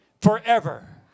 forever